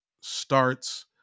starts